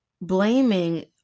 Blaming